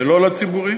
ולא לציבורי,